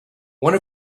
one